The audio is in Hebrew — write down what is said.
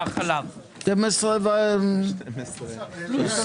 11:56.